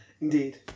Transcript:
indeed